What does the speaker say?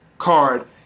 card